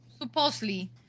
supposedly